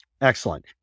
Excellent